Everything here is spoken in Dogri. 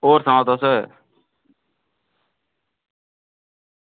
होर सनाओ तुस